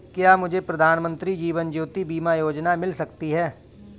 क्या मुझे प्रधानमंत्री जीवन ज्योति बीमा योजना मिल सकती है?